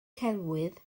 celwydd